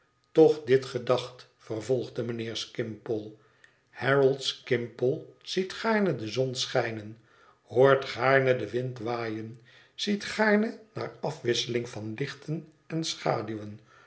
toch dit gedacht vervolgde mijnheer skimpole harold skimpole ziet gaarne de zon schijnen hoort gaarne den wind waaien ziet gaarne naar afwisseling van lichten en schaduwen